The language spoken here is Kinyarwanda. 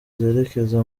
zerekeza